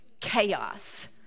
chaos